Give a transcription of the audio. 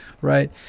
right